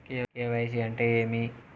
KYC అంటే ఏమి?